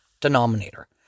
denominator